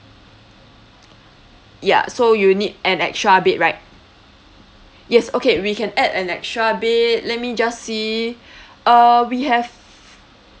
ya so you need an extra bed right yes okay we can add an extra bed let me just see uh we have